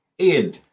Ian